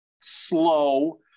slow